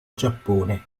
giappone